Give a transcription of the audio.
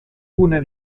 gune